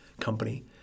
company